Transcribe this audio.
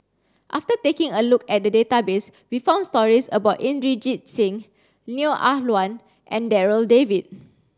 after taking a look at the database we found stories about Inderjit Singh Neo Ah Luan and Darryl David